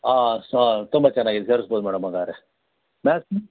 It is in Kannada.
ಹಾಂ ಸ ತುಂಬ ಚೆನ್ನಾಗಿದೆ ಸೇರ್ಸ್ಬೋದು ಮೇಡಮ್ ಹಾಗಾದ್ರೆ ಮಾಥ್ಸ್